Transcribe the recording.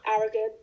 arrogant